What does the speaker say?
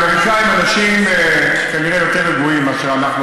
האמריקנים אנשים כנראה יותר רגועים מאשר אנחנו,